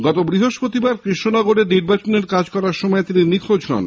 গত বৃহস্পতিবার কৃষ্ণনগরে নির্বাচনের কাজ করবার সময় তিনি নিখোঁজ হন